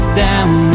down